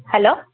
hello